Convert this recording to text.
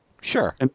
sure